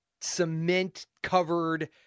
cement-covered